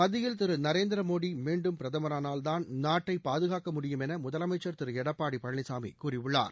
மத்தியில் திரு நரேந்திர மோடி மீண்டும் பிரதமரானால்தான் நாட்டை பாதுகாக்க முடியும் என முதலமைச்சர் திரு எடப்பாடி பழனிசாமி கூறியுள்ளார்